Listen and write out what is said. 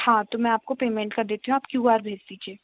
हाँ तो मैं आपको पेमेंट कर देती हूँ आप क्यू आर भेज दीजिए